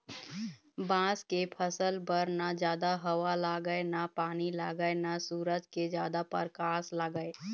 बांस के फसल बर न जादा हवा लागय न पानी लागय न सूरज के जादा परकास लागय